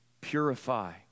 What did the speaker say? purify